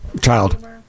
child